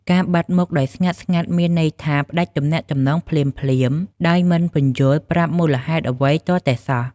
ការបាត់មុខដោយស្ងាត់ៗមានន័យថា ផ្ដាច់ទំនាក់ទំនងភ្លាមៗដោយមិនពន្យល់ប្រាប់មូលហេតុអ្វីទាល់តែសោះ។